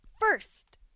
First